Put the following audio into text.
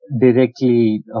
directly